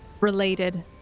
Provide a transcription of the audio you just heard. related